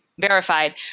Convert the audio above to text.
verified